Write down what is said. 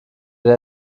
der